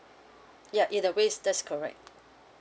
yup in a ways that's correct